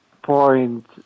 point